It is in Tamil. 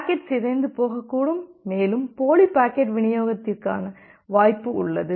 பாக்கெட் சிதைந்து போகக்கூடும் மேலும் போலி பாக்கெட் விநியோகத்திற்கான வாய்ப்பு உள்ளது